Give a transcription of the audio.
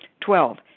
Twelve